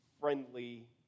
friendly